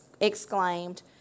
exclaimed